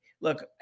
look